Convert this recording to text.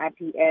ips